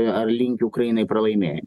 ar linki ukrainai pralaimė